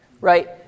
Right